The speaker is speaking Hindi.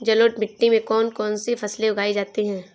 जलोढ़ मिट्टी में कौन कौन सी फसलें उगाई जाती हैं?